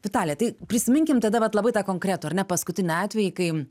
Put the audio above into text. vitalija tai prisiminkim tada vat labai tą konkretų ar ne paskutinį atvejį kai